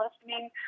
listening